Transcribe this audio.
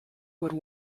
would